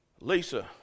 Lisa